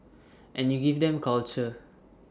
and you give them culture